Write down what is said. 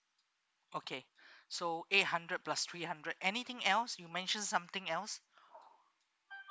okay so eight hundred plus three hundred anything else you mention something else